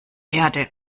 erde